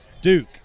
Duke